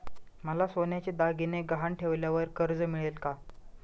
मला सोन्याचे दागिने गहाण ठेवल्यावर कर्ज मिळेल का?